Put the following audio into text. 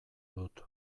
dut